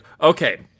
okay